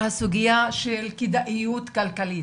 הסוגיה של כדאיות כלכלית.